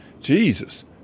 Jesus